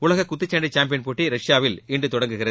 உலக குத்துச்சண்டை சாம்பியன் போட்டி ரஷ்யாவில் இன்று தொடங்குகிறது